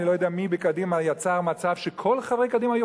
אני לא יודע מי בקדימה יצר מצב שכל חברי קדימה היו